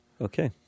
Okay